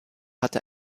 hatte